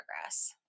progress